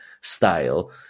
style